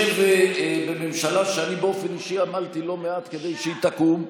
שיושב בממשלה שאני באופן אישי עמלתי לא מעט כדי שהיא תקום,